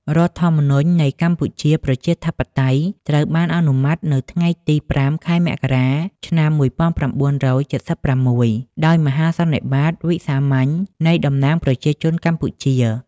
រដ្ឋធម្មនុញ្ញនៃកម្ពុជាប្រជាធិបតេយ្យ ត្រូវបានអនុម័តនៅថ្ងៃទី ៥ ខែមករា ឆ្នាំ ១៩៧៦ ដោយមហាសន្និបាតវិសាមញ្ញនៃតំណាងប្រជាជនកម្ពុជា។